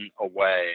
away